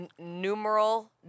numeral